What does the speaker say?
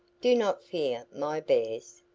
do not fear my bears.